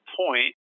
point